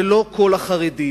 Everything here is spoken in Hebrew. זה לא כל החרדים,